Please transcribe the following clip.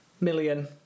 million